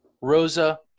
Rosa